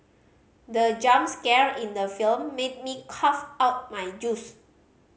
the jump scare in the film made me cough out my juice